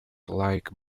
like